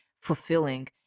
fulfilling